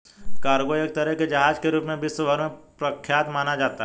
cargo एक तरह के जहाज के रूप में विश्व भर में प्रख्यात माना जाता है